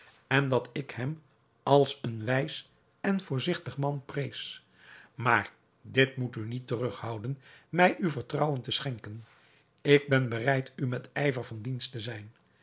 en dat ik hem als een wijs en voorzigtig man prees maar dit moet u niet terughouden mij uw vertrouwen te schenken ik ben bereid u met ijver van dienst te zijn